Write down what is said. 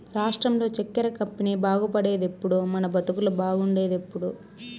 రాష్ట్రంలో చక్కెర కంపెనీ బాగుపడేదెప్పుడో మన బతుకులు బాగుండేదెప్పుడో